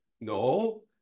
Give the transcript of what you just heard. No